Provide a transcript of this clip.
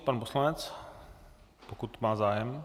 Pan poslanec, pokud má zájem.